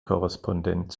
korrespondent